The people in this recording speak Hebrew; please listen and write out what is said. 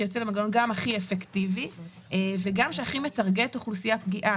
שיציעו לנו מנגנון שהוא גם הכי אפקטיבי וגם שהכי מטרגט אוכלוסייה פגיעה.